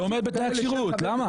למה,